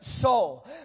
soul